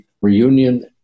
reunion